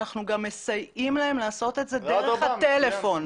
אנחנו מסייעים להם לעשות את זה דרך הטלפון.